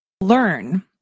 learn